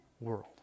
world